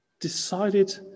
decided